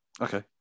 Okay